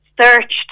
searched